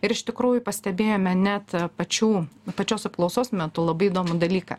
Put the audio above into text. ir iš tikrųjų pastebėjome net pačių pačios apklausos metu labai įdomų dalyką